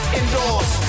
indoors